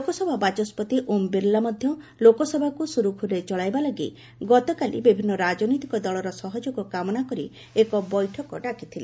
ଲୋକସଭା ବାଚସ୍କତି ଓମ୍ ବିର୍ଲା ମଧ୍ୟ ଲୋକସଭାକୁ ସୁରୁଖୁରୁରେ ଚଳାଇବା ଲାଗି ଗତକାଲି ବିଭିନ୍ନ ରାଜନୈତିକ ଦଳର ସହଯୋଗ କାମନା କରି ଏକ ବୈଠକ ଡାକିଥିଲେ